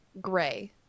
gray